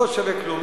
לא שווה כלום.